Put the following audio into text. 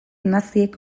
naziek